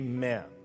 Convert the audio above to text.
Amen